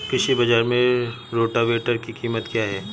कृषि बाजार में रोटावेटर की कीमत क्या है?